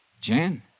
Jan